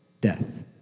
death